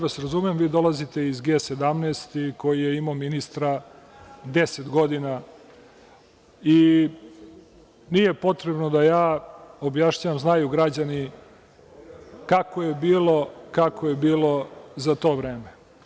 Razumem vas, vi dolazite iz G 17 koji je imao ministra 10 godina i nije potrebno da ja objašnjavam, znaju građani kako je bilo za to vreme.